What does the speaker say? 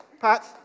Pat